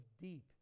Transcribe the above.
deep